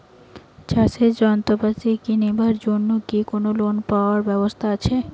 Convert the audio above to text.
চাষের যন্ত্রপাতি কিনিবার জন্য কি কোনো লোন পাবার ব্যবস্থা আসে?